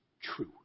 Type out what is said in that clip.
true